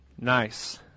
Nice